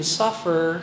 suffer